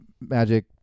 magic